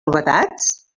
novetats